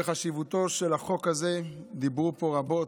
בחשיבותו של החוק הזה דיברו פה רבות,